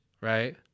right